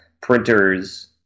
printers